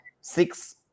six